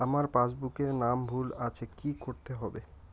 আমার পাসবুকে নাম ভুল আছে কি করতে হবে?